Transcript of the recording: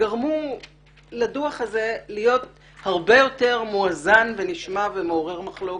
גרמו לדוח הזה להיות הרבה יותר מואזן ונשמע ומעורר מחלוקת.